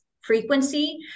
frequency